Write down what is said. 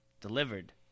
delivered